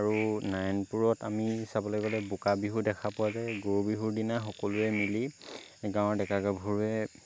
আৰু নাৰায়ণপুৰত আমি চাবলৈ গ'লে বোকা বিহু দেখা পোৱা যায় গৰু বিহুৰ দিনা সকলোৱে মিলি গাৱঁৰ ডেকা গাভৰুৱে